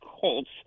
Colts